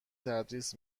تدریس